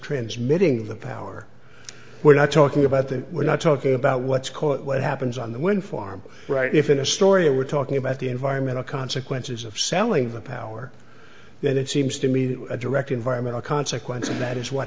transmitting the power we're not talking about the we're not talking about what's called what happens on the wind farm right if in a story we're talking about the environmental consequences of selling the power that it seems to me a direct environmental consequence of that is what